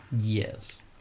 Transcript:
Yes